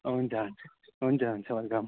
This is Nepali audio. हुन्छ हुन्छ हुन्छ हुन्छ वेलकम